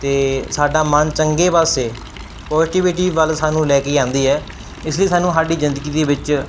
ਅਤੇ ਸਾਡਾ ਮਨ ਚੰਗੇ ਪਾਸੇ ਪੋਜ਼ਟਿਵਿਟੀ ਵੱਲ ਸਾਨੂੰ ਲੈ ਕੇ ਆਉਂਦਾ ਹੈ ਇਸ ਲਈ ਸਾਨੂੰ ਸਾਡੀ ਜ਼ਿੰਦਗੀ ਦੇ ਵਿੱਚ